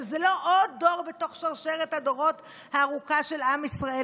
שזה לא עוד דור בתוך שרשרת הדורות הארוכה של עם ישראל